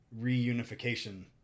reunification